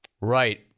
Right